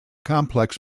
complex